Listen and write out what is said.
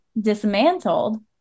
dismantled